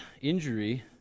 injury